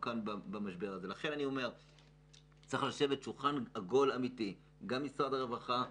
צריך לשבת סביב שולחן עגול שיכלול את משרד הרווחה,